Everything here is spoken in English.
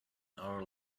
hour